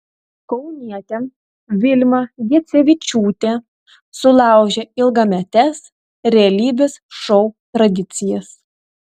kaunietė vilma gecevičiūtė sulaužė ilgametes realybės šou tradicijas